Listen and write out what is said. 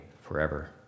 forever